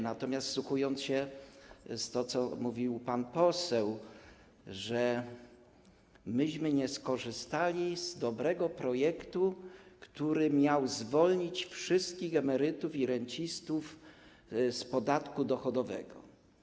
Natomiast wsłuchałem się w to, co mówił pan poseł - że myśmy nie skorzystali z dobrego projektu, który miał zwolnić wszystkich emerytów i rencistów z podatku dochodowego.